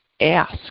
ask